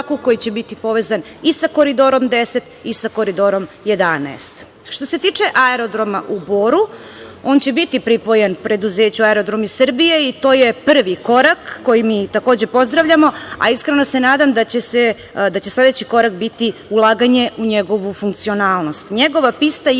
koji će biti povezan i sa Koridorom 10 i sa Koridorom 11.Što se tiče aerodroma u Boru, on će biti pripojen preduzeću Aerodromi Srbije i to je prvi korak koji takođe mi pozdravljamo, a iskreno se nadam da će sledeći korak biti ulaganje u njegovu funkcionalnost.